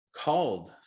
called